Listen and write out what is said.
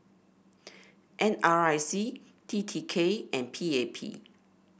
N R I C T T K and P A P